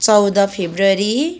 चौध फेब्रुअरी